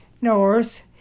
north